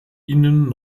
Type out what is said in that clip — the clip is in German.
ihnen